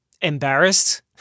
Embarrassed